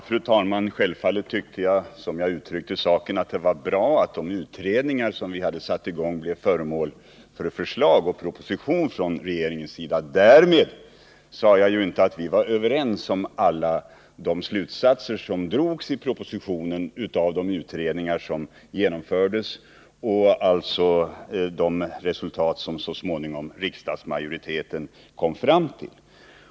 Fru talman! Självfallet tycker jag, som jag uttryckte saken, att det var bra att de utredningar som vi satte i gång föranledde en proposition från regeringens sida. Därmed har jag inte sagt att vi var överens om alla de slutsatser som drogs i propositionen av de utredningar som genomförts och om de resultat som så småningsom riksdagsmajoriteten kom fram till.